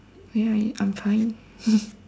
ya I'm fine